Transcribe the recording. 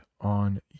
on